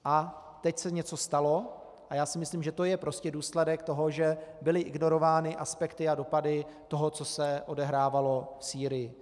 A teď se něco stalo, A já si myslím, že to je prostě důsledek toho, že byly ignorovány aspekty a dopady toho, co, se odehrávalo v Sýrii.